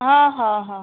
हं हं हं